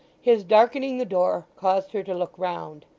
his darkening the door caused her to look round.